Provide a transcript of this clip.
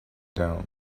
down